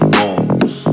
bones